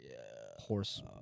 Horse